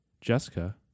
Jessica